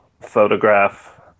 photograph